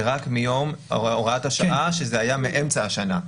זה רק מיום הוראת השעה, שהייתה באמצע השנה.